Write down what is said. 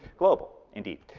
global, indeed.